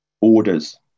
orders